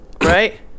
Right